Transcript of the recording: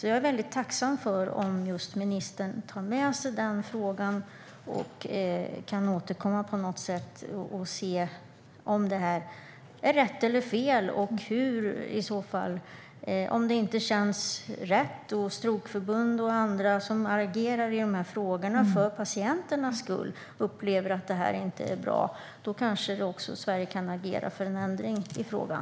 Jag är tacksam för att ministern tar med sig frågan och på något sätt kan återkomma och se om detta är rätt eller fel. Om det inte känns rätt, och om strokeförbund och andra som agerar i de här frågorna för patienternas skull upplever att detta inte är bra kanske också Sverige kan agera för en ändring i frågan.